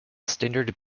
standard